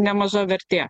nemaža vertė